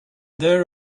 their